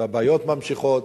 והבעיות ממשיכות,